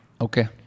Okay